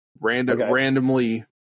randomly